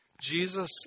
Jesus